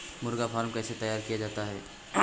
मुर्गी फार्म कैसे तैयार किया जाता है?